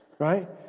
right